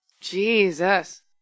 Jesus